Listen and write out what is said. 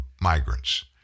migrants